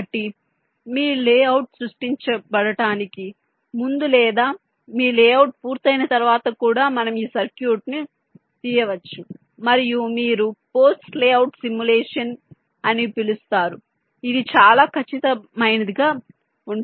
కాబట్టి మీ లేఅవుట్ సృష్టించబడటానికి ముందు లేదా మీ లేఅవుట్ పూర్తయిన తర్వాత కూడా మనం ఈ సర్క్యూట్ను తీయవచ్చు మరియు మీరు post layout simulation post layout simulation అని పిలుస్తారు ఇది చాలా ఖచ్చితమైనదిగా ఉంటుంది